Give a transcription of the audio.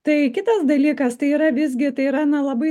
tai kitas dalykas tai yra visgi tai yra na labai